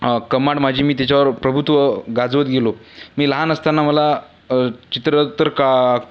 command माझी मी त्याच्यावर प्रभुत्व गाजवत गेलो मी लहान असताना मला चित्रं तर का